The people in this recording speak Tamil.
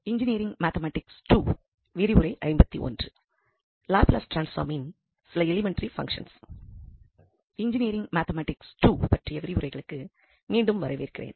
இன்ஜினியரிங் மேத்தமேட்டிக்ஸ் II பற்றிய விரிவுரைகளுக்கு மீண்டும் வரவேற்கிறேன்